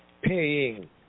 paying